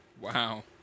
Wow